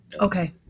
Okay